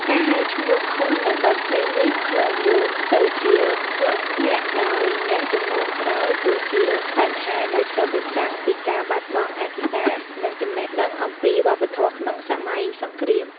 ការហៅឈ្មោះខុសនូវបទភ្លេងនេះ ខ្លងយោន ទៅជាខ្លងធ្នាក់ ដោយអ្នកជំនាន់ក្រោយ គឺជាបញ្ហាដែលឆ្លុះបញ្ចាំងពីការបាត់បង់ឯកសារ និងចំណេះដឹងអំពីវប្បធម៌ក្នុងសម័យសង្គ្រាម។